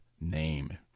name